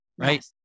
right